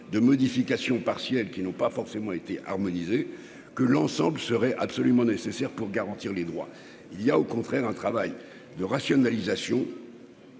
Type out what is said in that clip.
de modification partielle qui n'ont pas forcément été harmonisées, que l'ensemble serait absolument nécessaire pour garantir les droits il y a au contraire un travail de rationalisation.